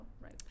right